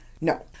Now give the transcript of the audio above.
no